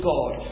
God